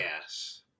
Yes